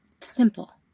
simple